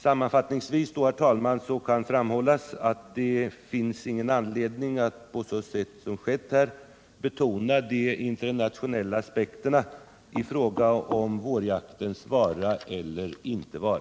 Sammanfattningsvis kan framhållas att det inte finns någon anledning att på sätt som här skett betona de internationella aspekterna i fråga om vårjaktens vara eller icke vara.